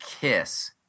KISS